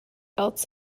else